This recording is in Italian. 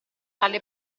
tale